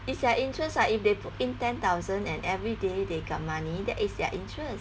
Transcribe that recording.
it's their interests ah if they put in ten thousand and everyday they got money that is their interests